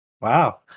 Wow